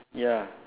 ya